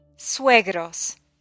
suegros